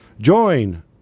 Join